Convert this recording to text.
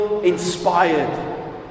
Inspired